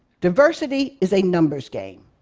diversity is a numbers game.